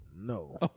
No